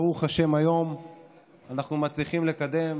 ברוך השם, היום אנחנו מצליחים לקדם